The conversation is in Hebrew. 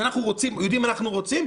שאנחנו יודעים מה אנחנו רוצים,